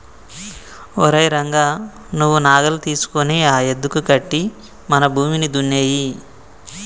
ఓరై రంగ నువ్వు నాగలి తీసుకొని ఆ యద్దుకి కట్టి మన భూమిని దున్నేయి